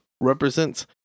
represents